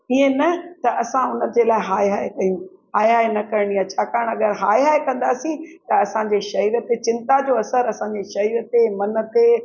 इयं न त असां हुनजे लाइ हाय हाय कयूं हाय हाय न करिणी आहे छाकाणि अगरि हाय हाय कंदासीं त असांजे सरीर ते चिंता जो असरु असांजे सरीर ते मन ते